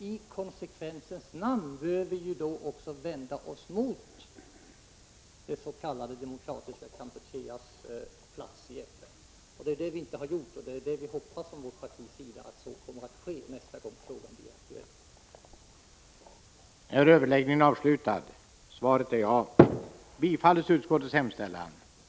I konsekvensens namn bör vi då vända oss mot det s.k. Demokratiska Kampucheas plats i FN.